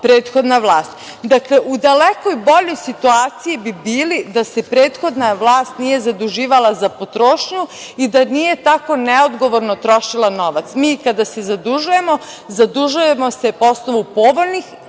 prethodna vlast. Dakle, u daleko boljoj situaciji bi bili da se prethodna vlast nije zaduživala za potrošnju i da nije tako neodgovorno trošila novac. Mi kada se zadužujemo, zadužujemo se po osnovu povoljnih